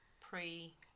pre